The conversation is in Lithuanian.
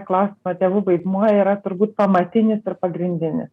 klausimą tėvų vaidmuo yra turbūt pamatinis ir pagrindinis